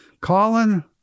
Colin